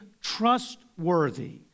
trustworthy